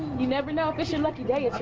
you never know if it's your lucky day, it's